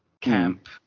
camp